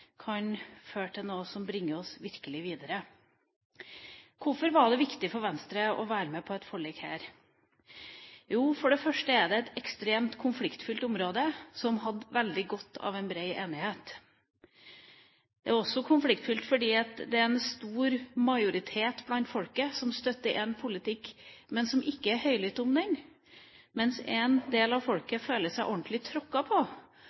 kan føre til noe som bringer oss videre. Hvorfor var det viktig for Venstre å være med på et forlik her? For det første er det et ekstremt konfliktfylt område som hadde veldig godt av en bred enighet. Det er også konfliktfylt fordi det er en stor majoritet blant folket som støtter en politikk, men som ikke snakker høylytt om den, mens en del av folket føler seg ordentlig tråkka på